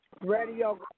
radio